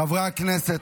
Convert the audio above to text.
חברי הכנסת,